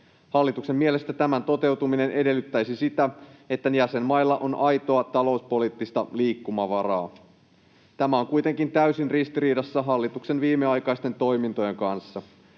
Hallituksen mielestä tämän toteutuminen edellyttäisi sitä, että jäsenmailla on aitoa talouspoliittista liikkumavaraa. Tämä on kuitenkin täysin ristiriidassa hallituksen viimeaikaisten toimintojen kanssa.